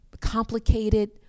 complicated